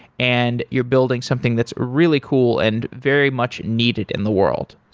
and you're building something that's really cool and very much needed in the world.